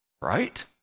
Right